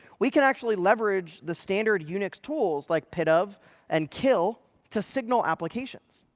we can actually leverage the standard unix tools like pidof and kill to signal applications.